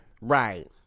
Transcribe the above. right